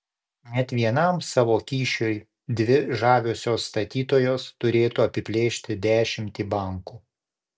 net vienam savo kyšiui dvi žaviosios statytojos turėtų apiplėšti dešimtį bankų